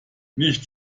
nicht